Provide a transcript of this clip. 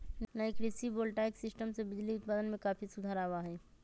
नई कृषि voltaic system से बिजली उत्पादन में काफी सुधार आवा हई